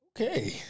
Okay